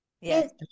Yes